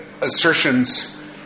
assertions